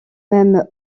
même